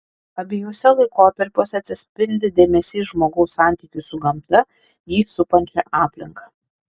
abiejuose laikotarpiuose atsispindi dėmesys žmogaus santykiui su gamta jį supančia aplinka